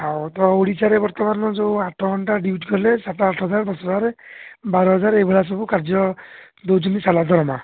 ହଉ ତ ଓଡ଼ିଶାରେ ବର୍ତ୍ତମାନ ଯେଉଁ ଆଠ ଘଣ୍ଟା ଡ୍ୟୁଟି କଲେ ସାତ ଆଠ ହଜାର ଦଶ ହଜାର ବାର ହଜାର ଏଇଭଳିଆ ସବୁ କାର୍ଯ୍ୟ ଦଉଛନ୍ତି ସାଲାରୀ ଦରମା